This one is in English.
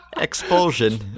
expulsion